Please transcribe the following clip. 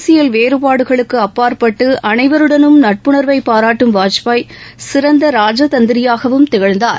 அரசியல் வேறுபாடுகளுக்கு அப்பாற்பட்டு அனைவருடனும் நட்புணர்வை பாராட்டும் வாஜ்பாய் சிறந்த ராஜ தந்திரியாகவும் திகழ்ந்தார்